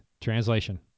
translation